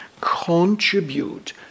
contribute